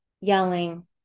yelling